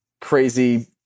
crazy